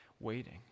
waiting